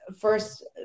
first